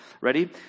Ready